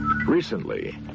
Recently